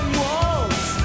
walls